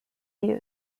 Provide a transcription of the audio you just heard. have